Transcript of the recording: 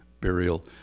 burial